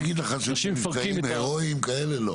להגיד לך שיש מבצעים הירואיים כאלה, לא.